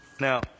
Now